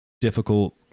difficult